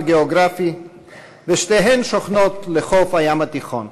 גיאוגרפי ושתיהן שוכנות לחוף הים התיכון.